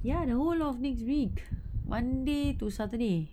ya the whole of next week monday to saturday